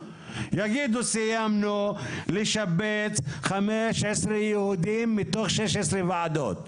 יגידו סיימנו לשבץ חמש עשרה יהודים מתוך שש עשרה ועדות,